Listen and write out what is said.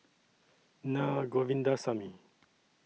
Na Govindasamy